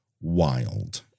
wild